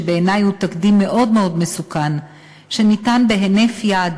שבעיני הוא תקדים מאוד מאוד מסוכן: שניתן בהינף יד